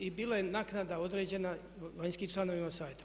I bila je naknada određena vanjskim članovima savjeta.